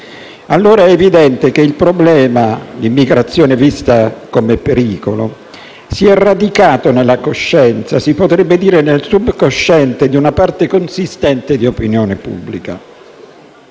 persone. Evidentemente il problema - l'immigrazione vista come pericolo - si è radicato nella coscienza, si potrebbe dire nel subcosciente, di una parte consistente di opinione pubblica.